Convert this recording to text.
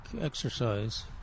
exercise